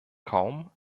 kaum